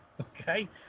Okay